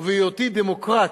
ובהיותי דמוקרט